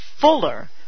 fuller